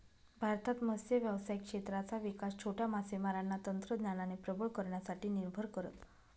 भारतात मत्स्य व्यावसायिक क्षेत्राचा विकास छोट्या मासेमारांना तंत्रज्ञानाने प्रबळ करण्यासाठी निर्भर करत